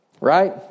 Right